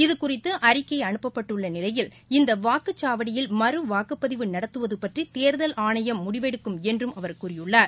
இது குறித்து அறிக்கை அனுப்பப்பட்டுள்ள நிலையில் இந்த வாக்குச்சாவடியில் மறுவாக்குப்பதிவு நடத்துவது பற்றி தேர்தல் ஆணையம் முடிவெடுக்கும் என்றும் அவர் கூறியுள்ளார்